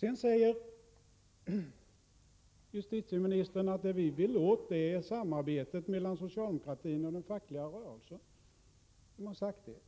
Sedan säger justitieministern, att det vi vill åt är samarbetet mellan socialdemokratin och den fackliga rörelsen. Vem har sagt det?